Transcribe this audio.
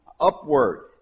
upward